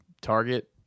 Target